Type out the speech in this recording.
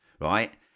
right